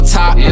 top